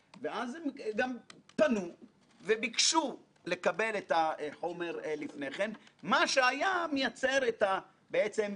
כבודו אמר שבין השורות יש ביקורת אישית על אנשים בתוך